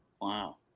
Wow